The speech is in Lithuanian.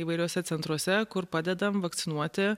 įvairiuose centruose kur padedam vakcinuoti